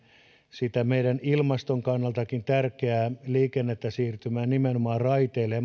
sitä meidän ilmaston kannaltakin tärkeää liikennettä siirtymään nimenomaan raiteille